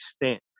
extent